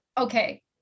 okay